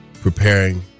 preparing